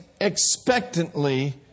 expectantly